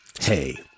hey